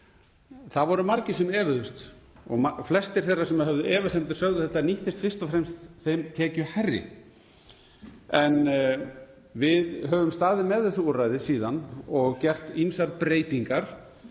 Það voru margir sem efuðust og flestir þeirra sem höfðu efasemdir sögðu að þetta nýttist fyrst og fremst þeim tekjuhærri. En við höfum staðið með þessu úrræði síðan og gert ýmsar breytingar.